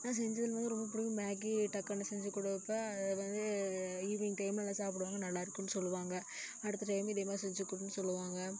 நான் செஞ்சதில் வந்து ரொம்ப பிடிக்கும் மேகி டக்குனு செஞ்சுக் கொடுப்பேன் அது வந்து ஈவினிங் டைமில் எல்லாம் சாப்பிடுவாங்க நல்லாயிருக்குன்னு சொல்லுவாங்க அடுத்த டைம் இதேமாதிரி செஞ்சுக் கொடுன்னு சொல்லுவாங்க